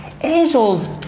Angels